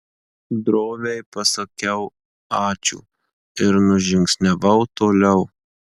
droviai pasakiau ačiū ir nužingsniavau toliau